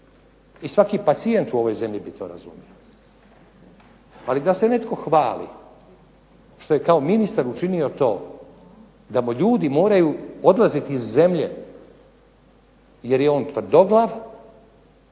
i svaki pacijent u ovoj zemlji bi to razumio. Ali da se netko hvali što je kao ministar učinio to da mu ljudi moraju odlaziti iz zemlje jer je on tvrdoglav